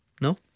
No